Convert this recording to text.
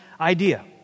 idea